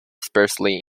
sparsely